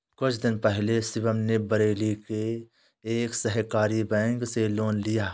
कुछ दिन पहले शिवम ने बरेली के एक सहकारी बैंक से लोन लिया